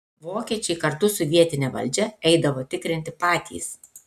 vokiečiai kartu su vietine valdžia eidavo tikrinti patys